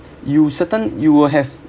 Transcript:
you certain you will have